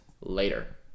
later